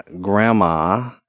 grandma